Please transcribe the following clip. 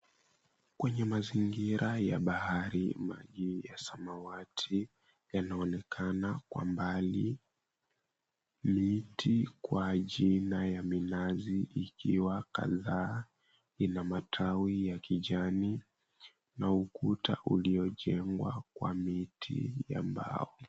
Kwenye mazingira ya bahari maji ya samawati yanaonekana kwa mbali, miti kwa jina ya minazi ikiwa kadhaa ina matawi ya kijani na ukuta uliojengwa kwa miti ya mbao.